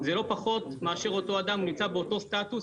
זה לא פחות מאותו אדם, הוא נמצא באותו סטטוס.